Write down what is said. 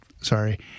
Sorry